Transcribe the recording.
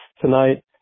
Tonight